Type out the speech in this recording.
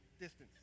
distance